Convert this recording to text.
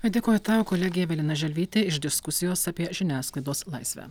dėkoju tau kolegė evelina želvytė iš diskusijos apie žiniasklaidos laisvę